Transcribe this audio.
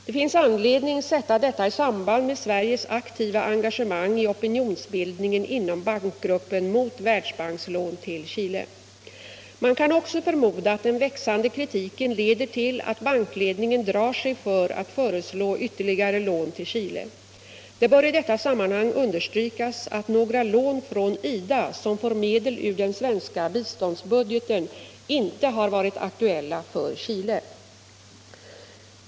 Det finns anledning sätta detta i samband med Sveriges aktiva engagemang i opinionsbildningen inom bankgruppen mot Världsbankslån till Chile. Man kan också förmoda att den växande kritiken leder till att bankledningen drar sig för att föreslå ytterligare lån till Chile. Det bör i detta sammanhang understrykas att några lån från IDA som får medel ur den svenska biståndsbudgeten inte har varit aktuella för Chile.